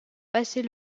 passer